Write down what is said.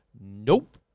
Nope